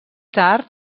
tard